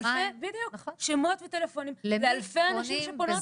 בדיוק, שמות וטלפונים לאלפי הנשים שפונות.